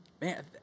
Man